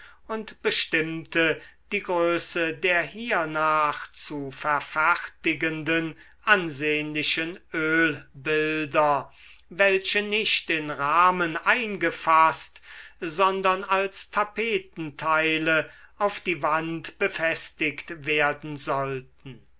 und bestimmte die größe der hiernach zu verfertigenden ansehnlichen ölbilder welche nicht in rahmen eingefaßt sondern als tapetenteile auf die wand befestigt werden sollten